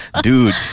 Dude